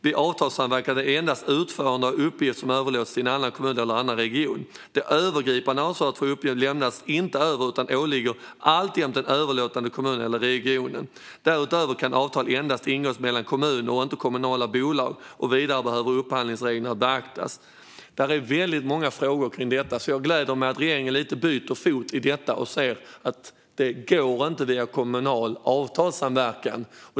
Vid avtalssamverkan är det endast utförande av uppgift som överlåts till en annan kommun eller en annan region; det övergripande ansvaret för uppgiften lämnas inte över utan åligger alltjämt den överlåtande kommunen eller regionen. Därutöver kan avtal endast ingås mellan kommuner och inte mellan kommunala bolag, och vidare behöver upphandlingsreglerna beaktas. Det finns alltså väldigt många frågor kring detta, så jag gläder mig åt att regeringen lite grann byter fot och säger att det inte går via kommunal avtalssamverkan.